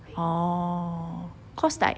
oh cause like